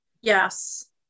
yes